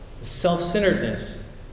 Self-centeredness